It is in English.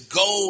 go